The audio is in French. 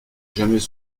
jamais